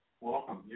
welcome